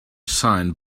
son